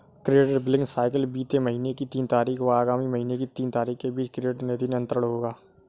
credit billing cycle बीते महीने की तीन तारीख व आगामी महीने की तीन तारीख के बीच क्रेडिट निधि अंतरण होगा